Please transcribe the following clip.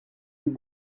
plus